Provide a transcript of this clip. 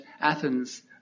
Athens